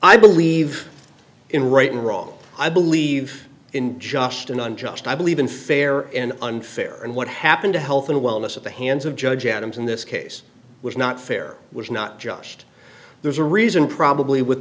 i believe in right and wrong i believe in just in unjust i believe in fair and unfair and what happened to health and wellness at the hands of judge adams in this case was not fair was not just there's a reason probably with